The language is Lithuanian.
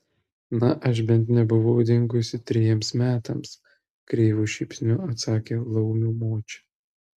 na aš bent nebuvau dingusi trejiems metams kreivu šypsniu atsakė laumių močia